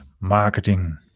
marketing